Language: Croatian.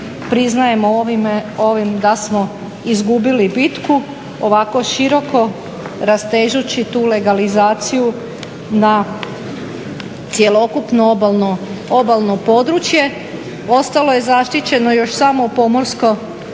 priznajemo ovime, da smo izgubili bitku ovako široko rastežući tu legalizaciju na cjelokupno obalno područje. Ostalo je zaštićeno još samo pomorsko